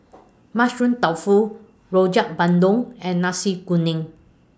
Mushroom Tofu Rojak Bandung and Nasi Kuning